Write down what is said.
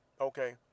Okay